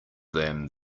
them